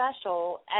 special